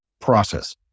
process